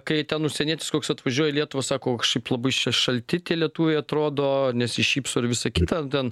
kai ten užsienietis koks atvažiuoja į lietuvą sako kažkaip labai čia šalti tie lietuviai atrodo nesišypso ir visa kita ten